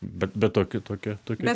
be be to kitokia tokia